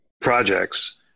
projects